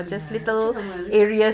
ya actually normal